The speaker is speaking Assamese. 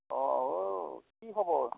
অ' ও কি খবৰ